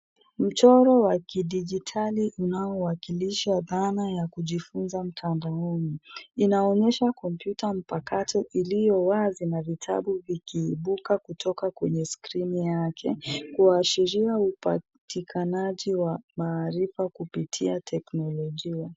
Mchoro wa kidijitali unaowakilisha dhana ya kujifunza matandaoni inaonyeha kompyuta mpakato ikiwa wazi na vitabu vikiibuka kutoka kwenye skrini yake kuashira upatikanaji wa maarifa kupitia teknolojia.